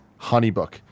HoneyBook